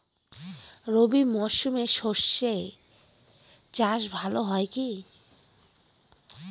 রবি মরশুমে সর্ষে চাস ভালো হয় কি?